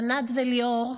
ענת וליאור,